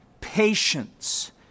patience